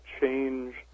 change